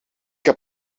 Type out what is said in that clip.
heb